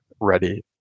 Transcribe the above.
ready